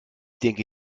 denke